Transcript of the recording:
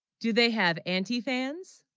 do they have anti, fans